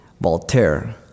Voltaire